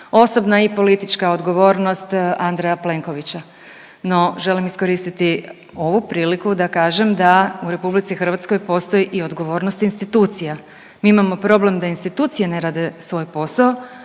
osobna i politička odgovornost Andreja Plenkovića. No, želim iskoristiti ovu priliku da kažem da u Republici Hrvatskoj postoji i odgovornost institucija. Mi imamo problem da institucije ne rade svoj posao,